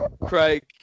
Craig